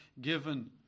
given